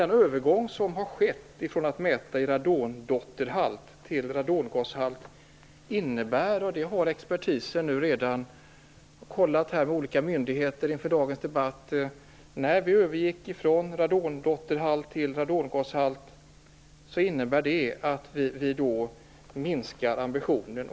Den övergång som skett, från mätning i radondotterhalt till mätning i radongashalt, innebär enligt expertisen - detta har kontrollerats med olika myndigheter inför dagens debatt - en minskad ambition.